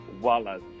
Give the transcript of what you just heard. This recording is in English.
Wallace